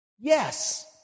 Yes